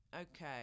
Okay